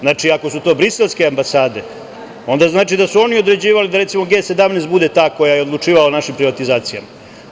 Znači ako su to briselske ambasade, onda znači da su oni određivali da recimo G17 bude ta koja je odlučivala o našim privatizacijama.